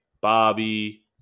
Bobby